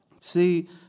See